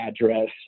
address